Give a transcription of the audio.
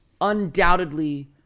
Undoubtedly